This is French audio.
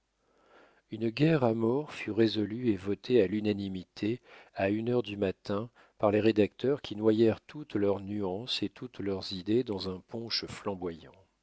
une guerre à mort fut résolue et votée à l'unanimité à une heure du matin par les rédacteurs qui noyèrent toutes leurs nuances et toutes leurs idées dans un punch flamboyant